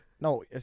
no